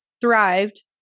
thrived